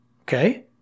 okay